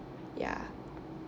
ya